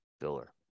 filler